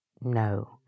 no